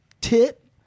tip